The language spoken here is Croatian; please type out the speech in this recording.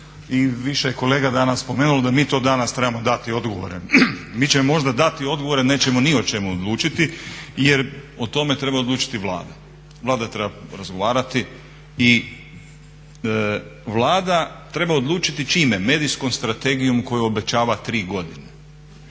I više je kolega danas spomenulo da mi to danas trebamo dati odgovore. Mi ćemo možda dati odgovore, nećemo ni o čemu odlučiti jer o tome treba odlučiti Vlada. Vlada treba razgovarati i Vlada treba odlučiti, čime? Medijskom strategijom koju obećava tri godine.